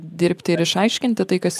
dirbti ir išaiškinti tai kas